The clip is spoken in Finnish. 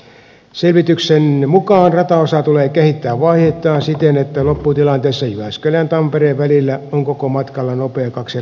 selvityksen mukaan rataosaa tulee kehittää vaiheittain siten että lopputilanteessa jyväskylän ja tampereen välillä on koko matkalla nopea kaksiraiteinen rata